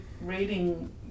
reading